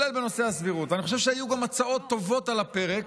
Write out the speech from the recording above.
אני חושב שהיו גם הצעות טובות על הפרק,